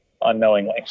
unknowingly